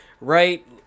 right